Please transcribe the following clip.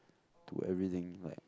to everything like